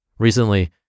Recently